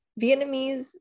Vietnamese